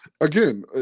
again